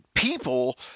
People